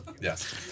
Yes